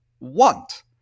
want